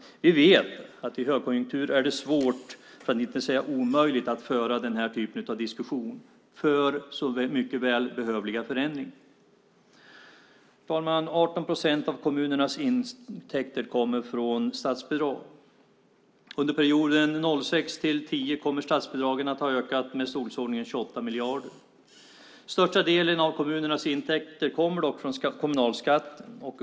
Vi vet att i högkonjunktur är det svårt, för att inte säga omöjligt, att föra den typen av diskussion för så väl behövliga förändringar. Herr talman! 18 procent av kommunernas intäkter kommer från statsbidrag. Under perioden 2006-2010 kommer statsbidragen att ha ökat i storleksordningen 28 miljarder. Största delen av kommunernas intäkter kommer dock från kommunalskatten.